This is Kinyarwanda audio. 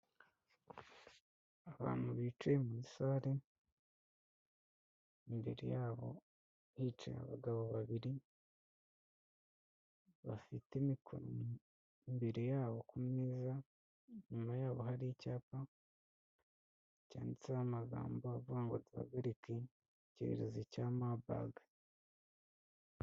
Abantu bicaye muri sale imbere yabo hicaye abagabo babiri, bafite mikoro imbere ya bo ku meza, inyuma yaho hari icyapa cyanditseho amagambo avuga ngo tuhagarike icyorezo cya mabaga.